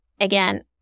again